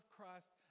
Christ